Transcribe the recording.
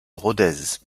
rodez